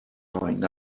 rhain